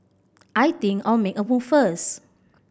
I think I'll make a move first